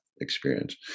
experience